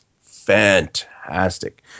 fantastic